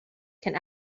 can